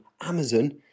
Amazon